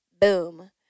boom